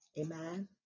Amen